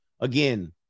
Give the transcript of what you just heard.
Again